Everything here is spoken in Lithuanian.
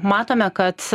matome kad